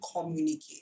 communicate